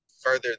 further